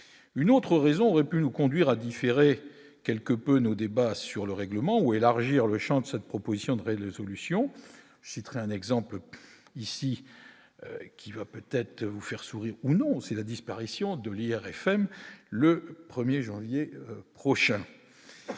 une autre raison repus nous conduire à différer quelque peu nos débats sur le règlement ou élargir le Champ de cette proposition de règles solution je citerai un exemple ici qui va peut-être vous faire sourire ou non, c'est la disparition de l'IRFM le 1er janvier prochain